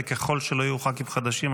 וככל שלא יהיו ח"כים חדשים,